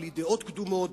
בלי דעות קדומות,